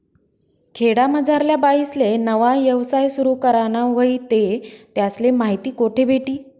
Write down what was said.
खेडामझारल्या बाईसले नवा यवसाय सुरु कराना व्हयी ते त्यासले माहिती कोठे भेटी?